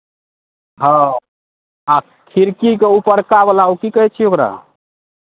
हँ आ खिड़कीके उपरकावला ओ की कहै छियै ओकरा